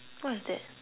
what is that